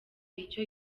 icyo